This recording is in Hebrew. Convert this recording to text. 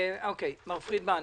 מר פרידמן,